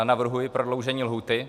Navrhuji prodloužení lhůty.